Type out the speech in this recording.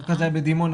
זה היה בדימונה,